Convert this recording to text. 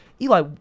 Eli